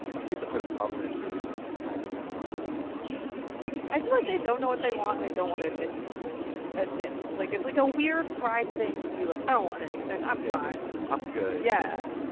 i think the hardest problem is really just you guys have no idea what they want i feel like they don't know what they want and they don't want to admit admit like it's like a weird pride thing to be like. i don't want anything. i'm fine. i'm good. yeah.